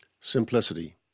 simplicity